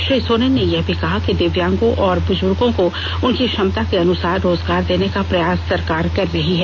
श्री सोरेन ने यह भी कहा कि दिव्यांगों और बुजुर्गों को उनकी क्षमता के अनुसार रोजगार देने का प्रयास सरकार कर रही है